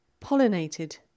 Pollinated